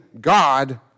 God